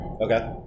Okay